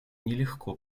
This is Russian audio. нелегко